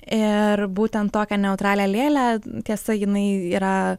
ir būtent tokią neutralią lėlę tiesa jinai yra